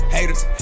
Haters